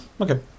Okay